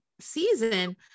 season